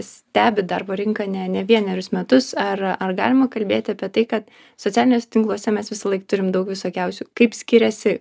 stebi darbo rinką ne ne vienerius metus ar ar galima kalbėti apie tai kad socialiniuose tinkluose mes visąlaik turime daug visokiausių kaip skiriasi